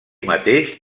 mateix